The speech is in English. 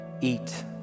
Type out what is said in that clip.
eat